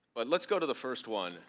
but let's go to the first one.